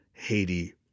Haiti